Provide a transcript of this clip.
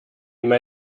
may